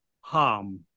harm